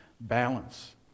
balance